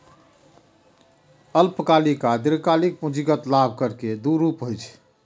अल्पकालिक आ दीर्घकालिक पूंजीगत लाभ कर के दू रूप होइ छै